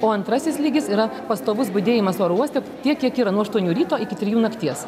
o antrasis lygis yra pastovus budėjimas oro uoste tiek kiek yra nuo aštuonių ryto iki trijų nakties